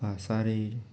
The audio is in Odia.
ଭାଷାରେ